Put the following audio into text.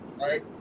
right